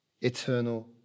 Eternal